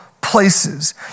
places